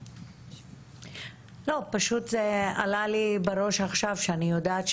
הוראה לרשת את מקלטי הנשים במצלמות מהמשרד.